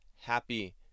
Happy